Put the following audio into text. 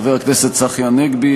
חבר הכנסת צחי הנגבי,